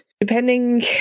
depending